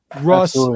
Russ